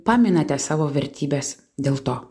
paminate savo vertybes dėl to